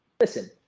Listen